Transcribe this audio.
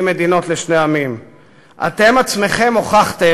מהמדינות השכנות לארץ המתחדשת